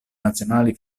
nazionali